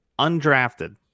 Undrafted